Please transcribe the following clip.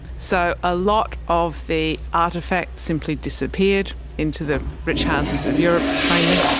so a lot of the artefacts simply disappeared into the rich houses of europe mainly.